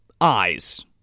eyes